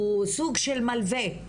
הוא סוג של מלווה.